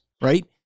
right